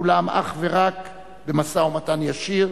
אולם אך ורק במשא-ומתן ישיר,